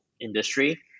industry